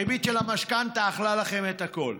הריבית של המשכנתה אכלה לכם את הכול.